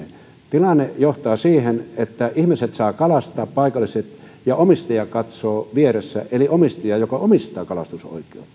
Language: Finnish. tilanne johtaa siihen että paikalliset ihmiset saavat kalastaa ja omistaja katsoo vieressä eli omistaja joka omistaa kalastusoikeuden